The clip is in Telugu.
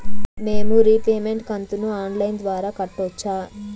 మేము రీపేమెంట్ కంతును ఆన్ లైను ద్వారా కట్టొచ్చా